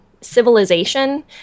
Civilization